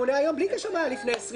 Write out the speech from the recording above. בלי קשר למה שהיה לפני עשרים שנה.